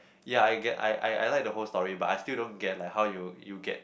ya I get I I I like the whole story but I still don't get like how you you get